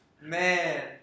Man